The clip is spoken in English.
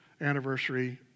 anniversary